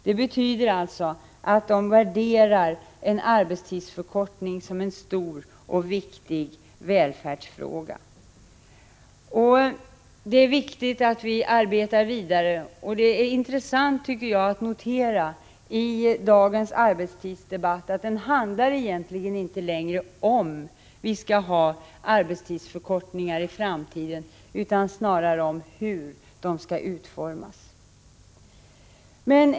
Det betyder alltså att de värderar arbetstidsförkortning som en stor och viktig välfärdsfråga. Det är viktigt att vi arbetar vidare. Det är intressant att i dagens arbetstidsdebatt notera att den egentligen inte längre handlar om huruvida vi skall ha arbetstidsförkortningar i framtiden utan snarare om hur de skall utformas.